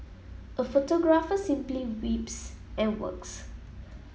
a photographer simply weeps and works